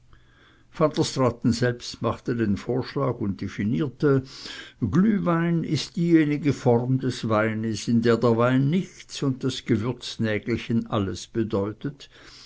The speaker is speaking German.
selbst machte den vorschlag und definierte glühwein ist diejenige form des weines in der der wein nichts und das gewürznägelchen alles bedeutet